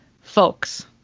Folks